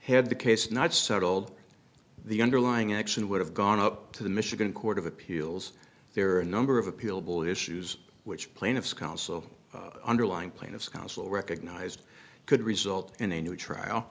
had the case not settled the underlying action would have gone up to the michigan court of appeals there are a number of appealable issues which plaintiff's counsel underlying plaintiff's counsel recognized could result in a new trial